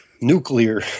nuclear